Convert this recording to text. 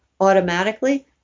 automatically